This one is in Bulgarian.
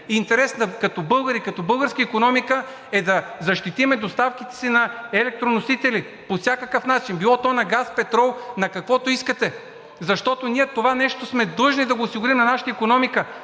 интерес като българи, като българска икономика, е да защитим доставките си на енергоносители по всякакъв начин – било то на газ, петрол, на каквото искате. Защото ние това нещо сме длъжни да осигурим на нашата икономика.